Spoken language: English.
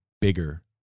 bigger